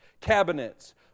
cabinets